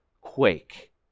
quake